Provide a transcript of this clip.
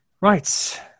right